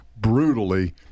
brutally